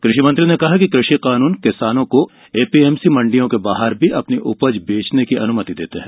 कृषिमंत्री ने कहा कि कृषि कानून किसानों को एपीएमसी मंडियों के बाहर भी अपनी उपज बेचने की अनुमति देते हैं